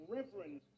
Reverend